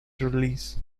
release